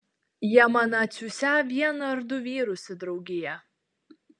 jie man atsiųsią vieną ar du vyrus į draugiją